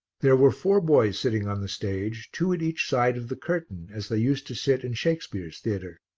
there were four boys sitting on the stage, two at each side of the curtain, as they used to sit in shakespeare's theatre.